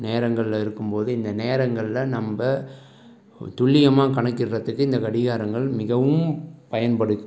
நேரங்களில் இருக்கும்போது இந்த நேரங்களில் நம்ம துல்லியமாக கணக்கிடுறத்துக்கு இந்த கடிகாரங்கள் மிகவும் பயன்படு